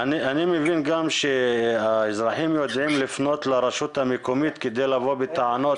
אני מבין שהאזרחים יודעים לפנות לרשות המקומית כדי לבוא בטענות